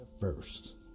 first